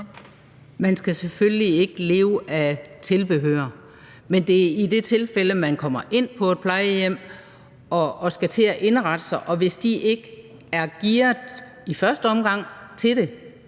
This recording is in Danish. Man skal selvfølgelig ikke leve af tilbehør, men i forhold til de tilfælde, hvor man kommer ind på et plejehjem og skal til at indrette sig og de så ikke i første omgang er